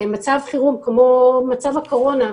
מצב חירום כמו מצב הקורונה,